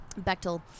Bechtel